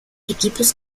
equipos